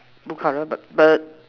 blue color but but